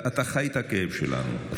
אתה חי את הכאב שלנו.